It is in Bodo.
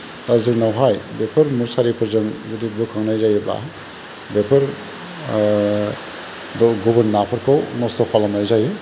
दा जोंनावहाय बेफोर मुसारिफोरजों जुदि बोखांनाय जायोब्ला बेफोर गुबुन नाफोरखौ नस्त खालामनाय जायो